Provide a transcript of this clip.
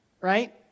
Right